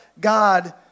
God